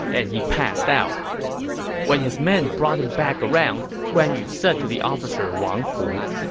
and he passed out when his men brought him back around, guan yu said to the officer wang fu,